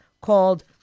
called